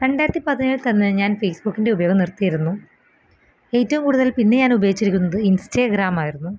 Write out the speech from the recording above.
രണ്ടായിരത്തി പതിനേഴി തന്നെ ഞാൻ ഫേസ്ബുക്കിൻ്റെ ഉപയോഗം നിർത്തിയിരുന്നു ഏറ്റോം കൂടുതൽ പിന്നെ ഞാൻ ഉപയോഗിച്ചിരിക്കുന്നത് ഇൻസ്റ്റെഗ്രാമായിരുന്നു